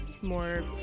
more